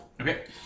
Okay